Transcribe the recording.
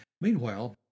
Meanwhile